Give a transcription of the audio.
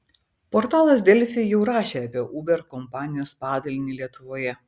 portalas delfi jau rašė apie uber kompanijos padalinį lietuvoje